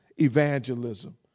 evangelism